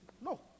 no